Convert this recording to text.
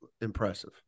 impressive